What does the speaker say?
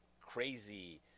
crazy